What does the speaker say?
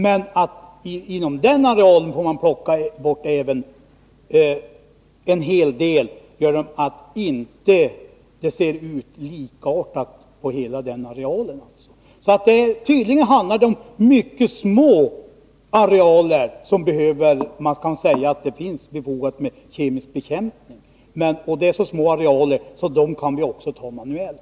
Men även inom den arealen får man plocka bort en hel del genom att det inte är likartade förhållanden inom hela arealen. Tydligen är det mycket små arealer som man kan säga att det finns behov av kemisk bekämpning för — de är så små att man kan klara av också dem manuellt.